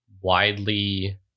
widely